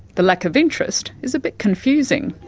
the lack of interest is a bit confusing.